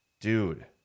Dude